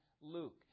Luke